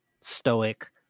stoic